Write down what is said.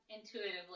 intuitively